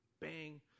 bang